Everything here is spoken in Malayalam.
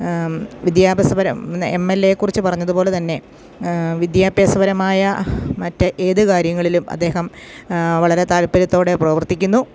വിദ്യാഭ്യാസപരം എം എൽ എയെക്കുറിച്ച് പറഞ്ഞതുപോലെതന്നെ വിദ്യാഭ്യാസപരമായ മറ്റ് ഏതു കാര്യങ്ങളിലും അദ്ദേഹം വളരെ താല്പര്യത്തോടെ പ്രവർത്തിക്കുന്നു